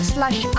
Slash